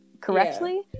correctly